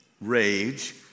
rage